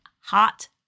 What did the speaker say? hot